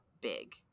big